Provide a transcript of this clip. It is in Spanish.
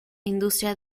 industria